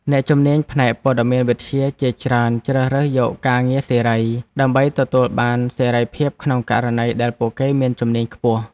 អ្នកជំនាញផ្នែកព័ត៌មានវិទ្យាជាច្រើនជ្រើសរើសយកការងារសេរី ដើម្បីទទួលបានសេរីភាពក្នុងករណីដែលពួកគេមានជំនាញខ្ពស់។